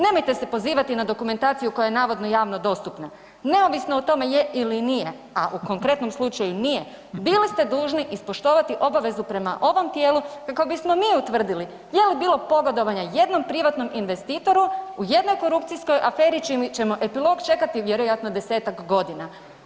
Nemojte se pozivati na dokumentaciju koja je navodno javno dostupna, neovisno o tome je ili nije, a u konkretnom slučaju nije, bili ste dužni ispoštovati obavezu prema ovom tijelu kako bismo mi utvrdili je li bilo pogodovanja jednom privatnom investitoru, u jednoj korupcijskoj aferi ćemo epilog čekati vjerojatno 10-tak godina.